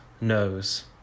knows